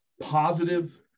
Positive